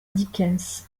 dickens